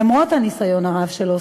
למרות הניסיון הרב שלו,